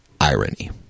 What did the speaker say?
irony